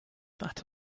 that